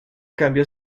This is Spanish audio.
cambia